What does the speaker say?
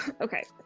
Okay